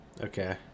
Okay